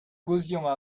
causions